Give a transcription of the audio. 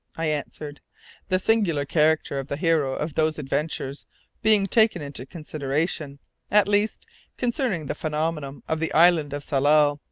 i answered the singular character of the hero of those adventures being taken into consideration at least concerning the phenomena of the island of tsalal.